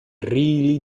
really